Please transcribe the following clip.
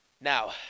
Now